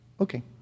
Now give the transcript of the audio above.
Okay